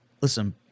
listen